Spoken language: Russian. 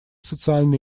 социально